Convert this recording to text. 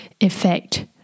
effect